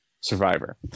Survivor